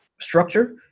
structure